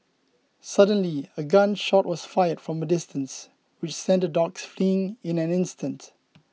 suddenly a gun shot was fired from a distance which sent the dogs fleeing in an instant